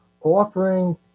offering